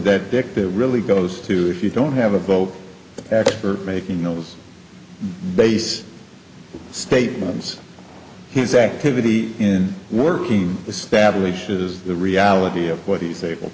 that dick that really goes to if you don't have a go at making those base statements his activity in working establishes the reality of what he's able